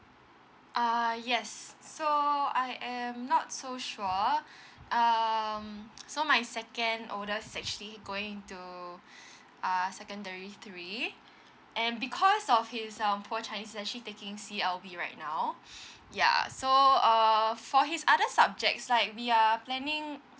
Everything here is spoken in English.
err yes so I am not so sure um so my second oldest actually going to uh secondary three and because of his um poor chinese he's actually taking C_L_B right now ya so err for his other subjects like we are planning to